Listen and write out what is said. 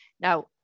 Now